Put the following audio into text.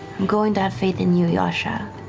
going to have faith in you, yasha.